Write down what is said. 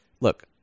look